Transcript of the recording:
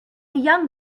young